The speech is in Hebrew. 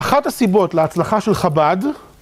אחת הסיבות להצלחה של חב"ד